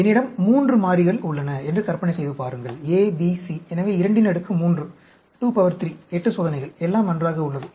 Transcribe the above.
என்னிடம் 3 மாறிகள் உள்ளன என்று கற்பனை செய்து பாருங்கள் A B C எனவே 23 8 சோதனைகள் எல்லாம் நன்றாக உள்ளது